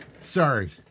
sorry